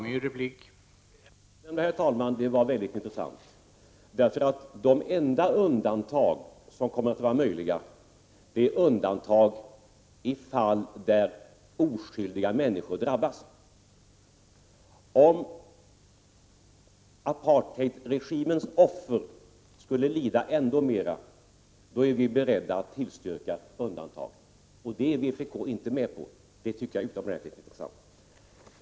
Herr talman! Det sista var mycket intressant. De enda undantag som kommer att vara möjliga gäller fall där oskyldiga människor drabbas. Om apartheidregimens offer skulle lida ännu mer, då är vi beredda att tillstyrka undantag. Det är tydligen vpk inte med på, och det tycker jag är utomordentligt intressant.